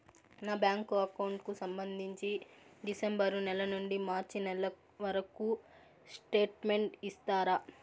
నా bank account కు సంబంధించి డిసెంబరు నెల నుండి మార్చి నెలవరకు స్టేట్మెంట్ ఇస్తారా?